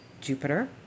Jupiter